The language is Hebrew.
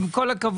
עם כל הכבוד,